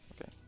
Okay